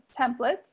templates